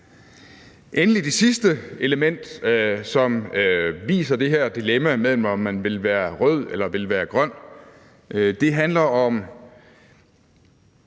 der det sidste element, som viser det her dilemma mellem, om man vil være rød eller grøn, og det handler om